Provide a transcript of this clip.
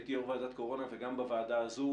כשהייתי יושב-ראש ועדת הקורונה וגם בוועדה הזו,